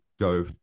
go